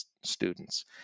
students